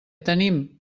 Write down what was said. tenim